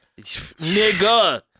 Nigga